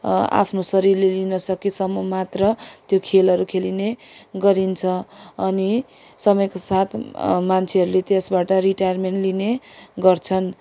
आफ्नो शरीरले लिन सकेसम्म मात्र त्यो खेलहरू खेलिने गरिन्छ अनि समयको साथ मान्छेहरूले त्यसबाट रिटायरमेन्ट लिने गर्छन्